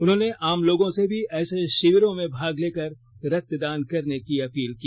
उन्होंने आम लोगों से भी ऐसे शिविरों में भाग लेकर रक्तदान करने की अपील की